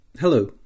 Hello